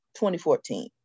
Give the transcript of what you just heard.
2014